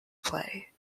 play